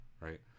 right